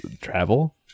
travel